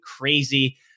crazy